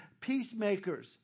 peacemakers